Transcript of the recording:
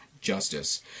justice